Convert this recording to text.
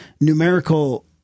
numerical